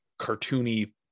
cartoony